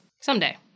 someday